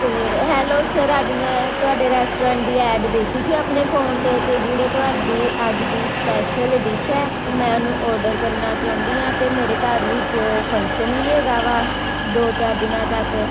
ਅਤੇ hello sir ਅੱਜ ਮੈਂ ਤੁਹਾਡੇ ਰੈਸਟੋਰੈਂਟ ਦੀ ਐਡ ਦੇਖੀ ਸੀ ਆਪਣੇ ਫੋਨ 'ਤੇ ਅਤੇ ਜਿਹੜੇ ਤੁਹਾਡੀ ਅੱਜ ਦੀ ਸਪੈਸ਼ਲ ਡਿਸ਼ ਹੈ ਮੈਂ ਉਹਨੂੰ ਔਡਰ ਕਰਨਾ ਚਾਹੁੰਦੀ ਹਾਂ ਅਤੇ ਮੇਰੇ ਘਰ ਵਿੱਚ ਫੰਕਸ਼ਨ ਵੀ ਹੈਗਾ ਵਾ ਦੋ ਚਾਰ ਦਿਨਾਂ ਤੱਕ